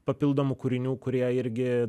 papildomų kūrinių kurie irgi